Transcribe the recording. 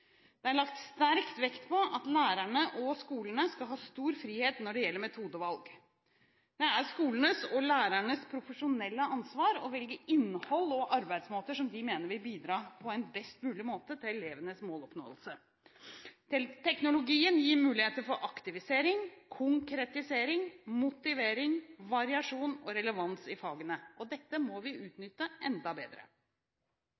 Det er lagt sterk vekt på at lærerne og skolene skal ha stor frihet når det gjelder metodevalg. Det er skolenes og lærernes profesjonelle ansvar å velge innhold og arbeidsmåter som de mener vil bidra på en best mulig måte til elevenes måloppnåelse. Teknologien gir muligheter for aktivisering, konkretisering, motivering, variasjon og relevans i fagene. Dette må vi